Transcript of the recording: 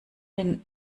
den